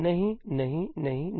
नहीं नहीं नहीं नहीं